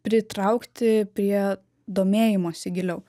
pritraukti prie domėjimosi giliau